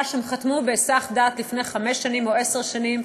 שהם חתמו בהיסח דעת לפני חמש שנים או עשר שנים,